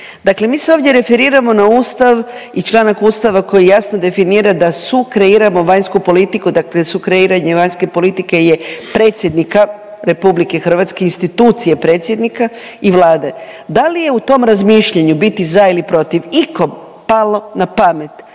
Dakle, mi se ovdje referiramo na Ustav i članak Ustava koji jasno definira da sukreiramo vanjsku politiku, dakle sukreiranje vanjske politike je predsjednika RH, institucije predsjednika i Vlade. Da li je u tom razmišljanju biti za ili protiv ikom palo na pamet